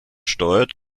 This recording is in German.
steuert